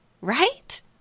Right